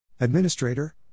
Administrator